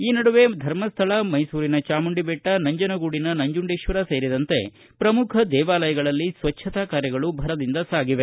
ಈ ನಡುವೆ ಧರ್ಮಸ್ಥಳ ಮೈಸೂರಿನ ಚಾಮುಂಡಿಬೆಟ್ಟ ನಂಜನಗೂಡಿನ ನಂಜುಡೇಶ್ವರ ಸೇರಿದಂತೆ ಪ್ರಮುಖ ದೇವಾಲಯಗಳಲ್ಲಿ ಸ್ವಚ್ವತಾ ಕಾರ್ಯಗಳು ಭರದಿಂದ ಸಾಗಿವೆ